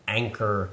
anchor